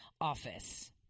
office